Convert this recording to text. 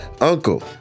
uncle